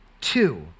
two